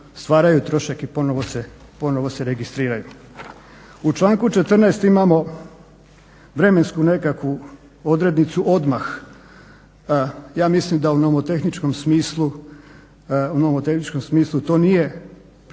U članku 14. imamo vremensku nekakvu odrednicu odmah. Ja mislim da u nomotehničkom smislu to nije uobičajena